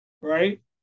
right